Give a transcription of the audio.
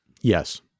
Yes